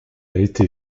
été